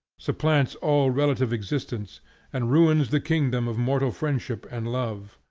supplants all relative existence and ruins the kingdom of mortal friendship and love.